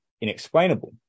inexplainable